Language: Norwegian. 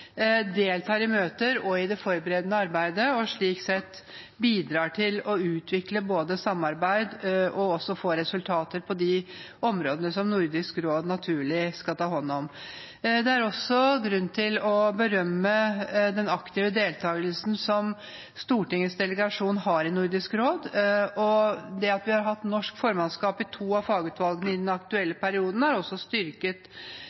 deltar i møter og i det forberedende arbeidet, og slik sett bidrar både til å utvikle samarbeid og til å få resultater på de områdene som Nordisk råd naturlig skal ta hånd om. Det er også grunn til å berømme den aktive deltakelsen Stortingets delegasjon har i Nordisk råd. Det at vi har hatt norsk formannskap i to av fagutvalgene i den aktuelle perioden, har styrket